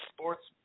Sports